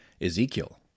Ezekiel